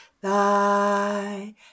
thy